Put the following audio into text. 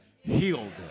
healed